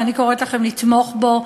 ואני קוראת לכם לתמוך בו,